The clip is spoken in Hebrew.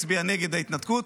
הצביע נגד ההתנתקות,